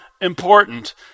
important